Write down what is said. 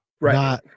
Right